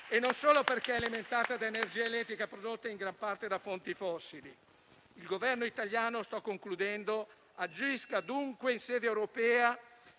e non solo perché è alimentata ad energia elettrica prodotta in gran parte da fonti fossili. Il Governo italiano agisca, dunque, in sede europea